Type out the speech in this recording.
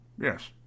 Yes